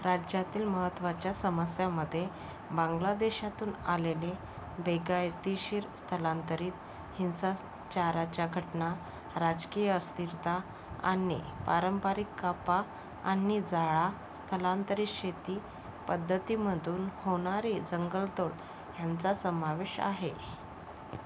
राज्यातील महत्वाच्या समस्यामध्ये बांगलादेशातून आलेले बेकायदेशीर स्थलांतरित हिंसाचाराच्या घटना राजकीय अस्थिरता आणि पारंपरिक कापा आणि जाळा स्थलांतरित शेती पद्धतीमधून होणारी जंगलतोड यांचा समावेश आहे